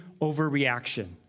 overreaction